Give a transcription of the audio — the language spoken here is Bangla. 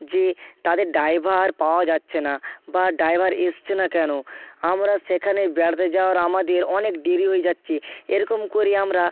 যে তাদের ড্রাইভার পাওয়া যাচ্ছে না বা ড্রাইভার এসছে না কেন আমরা সেখানে বেড়াতে যাওয়ার আমাদের অনেক দেরি যাচ্ছে এরকম করে আমরা